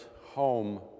home